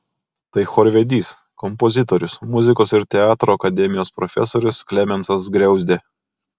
tai chorvedys kompozitorius muzikos ir teatro akademijos profesorius klemensas griauzdė